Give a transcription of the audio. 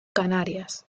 canarias